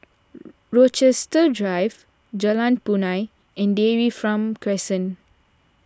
Rochester Drive Jalan Punai and Dairy from Crescent